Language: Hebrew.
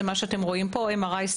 זה מה שאתם רואים פה: MRI,